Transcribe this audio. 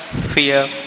fear